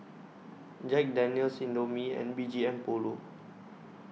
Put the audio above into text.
Jack Daniel's Indomie and B G M Polo